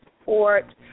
support